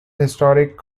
historic